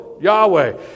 Yahweh